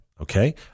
Okay